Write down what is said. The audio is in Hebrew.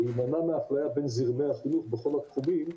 להימנע מאפליה בין זרמי החינוך בכל התחומים,